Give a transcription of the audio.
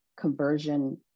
conversion